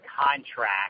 contract